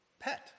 pet